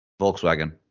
Volkswagen